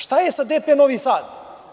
Šta je sa DP Novi Sad?